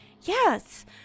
Yes